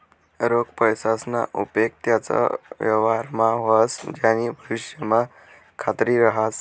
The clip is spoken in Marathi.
रोख पैसासना उपेग त्याच व्यवहारमा व्हस ज्यानी भविष्यमा खात्री रहास